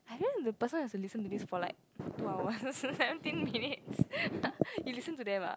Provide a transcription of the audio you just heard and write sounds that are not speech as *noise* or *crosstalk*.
but then the person has to listen to this for like two hours *laughs* nineteen minutes *laughs* you listened to them ah